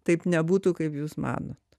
taip nebūtų kaip jūs manot